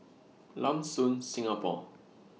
Lam Soon Singapore